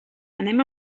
anem